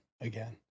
again